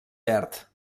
verd